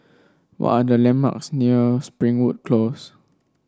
what are the landmarks near Springwood Close